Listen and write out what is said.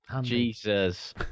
Jesus